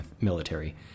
military